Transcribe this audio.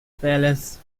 palace